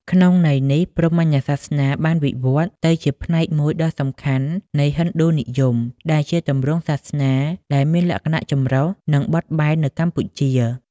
ក្នុងន័យនេះ ព្រហ្មញ្ញសាសនាបានវិវឌ្ឍន៍ទៅជាផ្នែកមួយដ៏សំខាន់នៃ ហិណ្ឌូនិយម ដែលជាទម្រង់សាសនាដែលមានលក្ខណៈចម្រុះ និងបត់បែននៅកម្ពុជា។